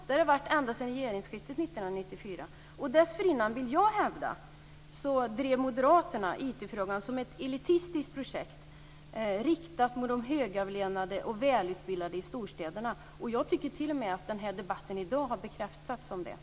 Det har varit vårt mål ända sedan regeringsskiftet 1994. Dessförinnan - och det vill jag hävda - drev moderaterna IT frågan som ett elitistiskt projekt inriktat på de högavlönade och välutbildade i storstäderna. Jag tycker t.o.m. att debatten här i dag har bekräftat detta.